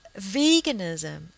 veganism